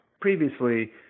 Previously